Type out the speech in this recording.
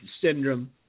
syndrome